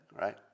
right